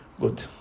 good